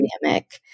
dynamic